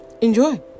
Enjoy